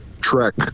trek